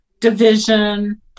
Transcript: division